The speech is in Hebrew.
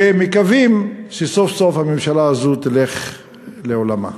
ואנחנו מקווים שהממשלה הזו תלך סוף-סוף לעולמה.